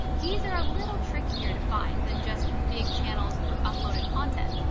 these are a little trickier to find than just big channels with uploaded content,